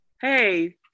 Hey